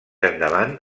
endavant